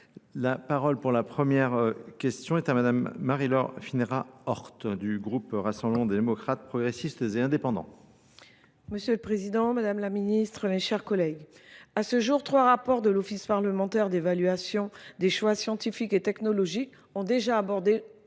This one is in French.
La parole pour la première question est à Mme Marie-Laure Finérat-Hort du groupe Rassemblement des démocrates progressistes et indépendants. Monsieur le Président, Madame la Ministre, les chers collègues. À ce jour, trois rapports de l'Office parlementaire d'évaluation des choix scientifiques et technologiques ont déjà abordé